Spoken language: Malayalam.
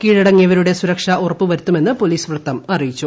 കീഴടങ്ങിയവരുടെ സുരക്ഷ ഉറപ്പു വരുത്തുമെന്ന് പൊലീസ് വൃത്തം അറിയിച്ചു